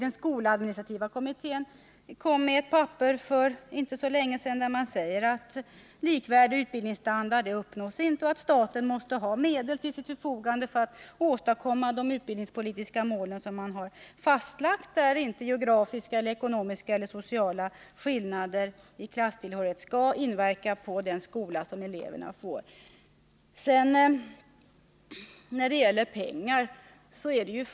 Den skoladministrativa kommittén avlämnade en rapport för inte så länge sedan, där man sade att likvärdig utbildningsstandard inte uppnås och att staten måste ha medel till sitt förfogande för att åstadkomma de utbildningspolitiska mål som fastlagts. Det är nödvändigt också för att inte geografiska, ekonomiska eller sociala skillnader eller skillnader i klasstillhörighet skall inverka på den skola som står eleverna till buds.